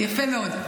יפה מאוד.